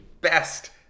best